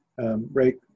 Ray